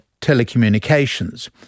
telecommunications